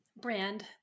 brand